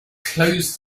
close